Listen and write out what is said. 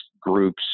groups